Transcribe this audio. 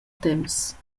temps